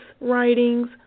writings